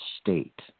state